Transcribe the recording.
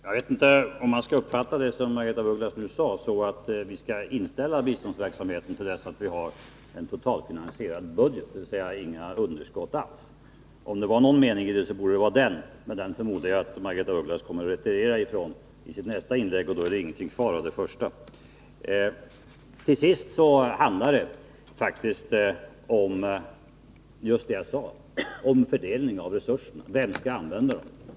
Fru talman! Jag vet inte om man skall uppfatta det som Margaretha af Ugglas nu sade så att vi skall inställa biståndsverksamheten till dess att vi har en totalfinansierad budget, dvs. inga underskott alls. Om det fanns någon mening i det borde det vara denna, men den förmodar jag att Margaretha af Ugglas kommer att retirera från i sitt nästa inlägg, och då är det ingenting kvar av det första. Till sist handlar det faktiskt om just det jag sade — om fördelning av resurserna. Vem skall använda dem?